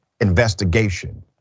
investigation